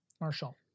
Marshall